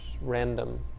random